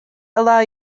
allow